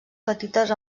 petites